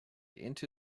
into